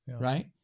right